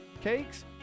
cakes